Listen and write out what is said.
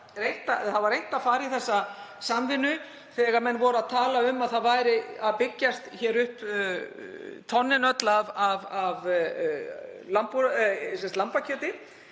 það var reynt að fara í þessa samvinnu. Þegar menn voru að tala um að það væru að hrúgast upp tonnin öll af lambakjöti